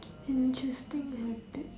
interesting antic